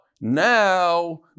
now